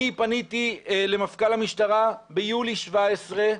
אני פניתי למפכ"ל המשטרה ביולי 20',